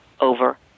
over